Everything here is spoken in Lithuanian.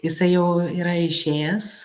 jisai jau yra išėjęs